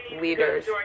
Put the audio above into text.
leaders